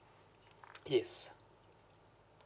yes